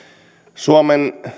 suomen